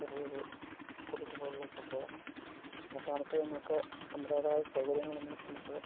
ചെറിയ ഒരൂ കുടിൽ പോലെയുള്ള സംഭവമാണ് പിന്നെ താമസവും നമുക്ക് നമ്മുടേതായ സൗകര്യങ്ങളൊന്നും നമുക്ക്